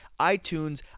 iTunes